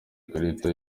ikarita